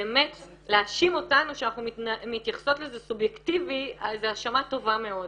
שבאמת להאשים אותנו שאנחנו מתייחסות לזה סובייקטיבי זו האשמה טובה מאוד.